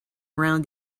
around